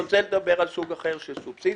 אני רוצה לדבר על סוג אחר של סובסידיה.